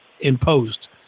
imposed